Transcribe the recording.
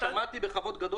שמעתי בכבוד גדול.